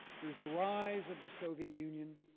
there was the rise of the soviet union.